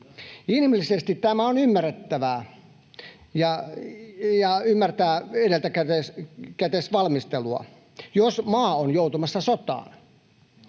Inhimillisesti tämä on ymmärrettävää edeltäkäteisvalmistelua, jos maa on joutumassa sotaan.